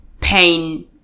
Pain